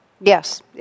yes